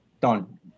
done